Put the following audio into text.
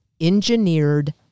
engineered